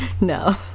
no